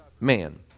man